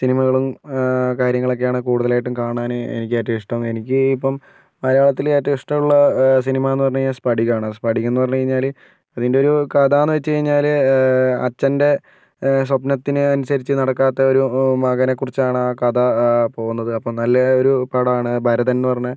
സിനിമകളും കാര്യങ്ങളും ഒക്കെ കുടുതലായിട്ട് കാണാൻ എനിക്ക് ഏറ്റവും ഇഷ്ടം എനിക്ക് ഇപ്പം മലയാളത്തിൽ ഏറ്റവും ഇഷ്ടമുള്ള സിനിമ എന്ന് പറഞ്ഞാൽ സ്പടികം ആണ് സ്പടികം എന്ന് പറഞ്ഞാൽ അതിൻ്റെ ഒരു കഥ എന്ന് വെച്ചാൽ അച്ഛൻ്റെ സ്വപ്നത്തിന് അനുസരിച്ച് നടക്കാത്ത ഒരു മകനെ കുറിച്ച് ആണ് ആ കഥ പോകുന്നത് അപ്പം നല്ല ഒരു പടമാണ് ഭരതൻ എന്ന് പറഞ്ഞ